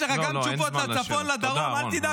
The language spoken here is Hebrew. יש לך גם תשובות לצפון,